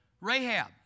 Rahab